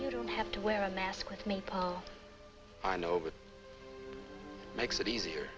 you don't have to wear a mask with me i know it makes it easier